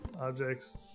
objects